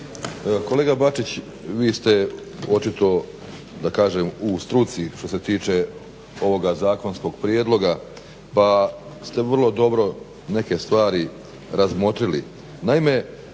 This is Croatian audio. Kolega Bačić vi ste očito da kažem u struci što se tiče ovoga zakonskog prijedloga pa ste vrlo dobro neke stvari razmotrili.